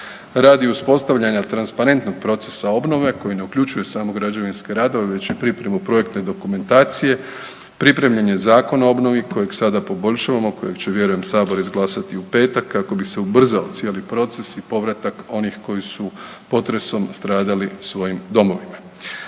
Radi uspostavljenog transparentnog procesa obnove koji ne uključuje samo građevinske radove već i pripremu projektne dokumentacije, pripremljen je Zakon o obnovi kojeg sada poboljšavamo, kojeg će vjerujem Sabor izglasat u petak kako bi se ubrzao cijeli proces u povratak onih koji su potresom stradali u svojim domovima.